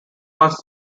must